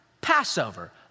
Passover